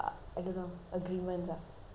one of their rules ah you cannot ask